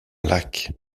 lac